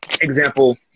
example